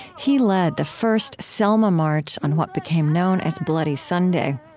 he led the first selma march on what became known as bloody sunday.